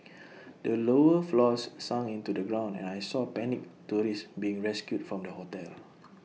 the lower floors sunk into the ground and I saw panicked tourists being rescued from the hotel